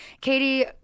Katie